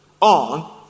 on